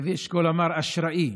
לוי אשכול אמר: אשראִי.